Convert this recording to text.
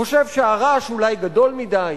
חושב שהרעש אולי גדול מדי,